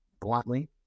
bluntly